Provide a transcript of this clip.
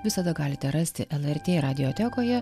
visada galite rasti lrt radiotekoje